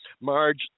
Marge